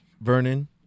Vernon